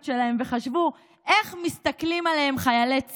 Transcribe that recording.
שלהם וחשבו איך מסתכלים עליהם חיילי צה"ל?